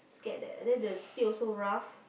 scared that the sea also rough